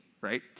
right